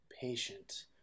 patient